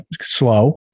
slow